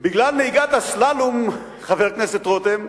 בגלל נהיגת הסלאלום, חבר הכנסת רותם,